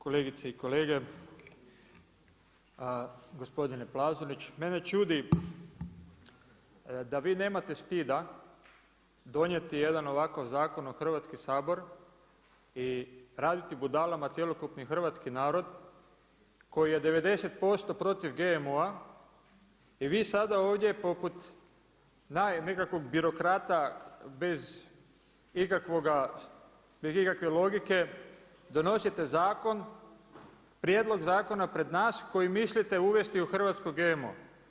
Kolegice i kolege, gospodine Plazonić, mene čudi, da vi nemate stida donijeti jedan ovako zakon u Hrvatski sabor i raditi budalama cjelokupni hrvatski narod, koji je 90% protiv GMO-a, i vi sad ovdje poput, naj nekakvog birokrata, bez ikakve logike, donosite zakon, prijedlog zakona pred nas koji mislite uvesti u Hrvatsko GMO.